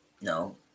No